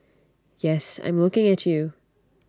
yes I'm looking at you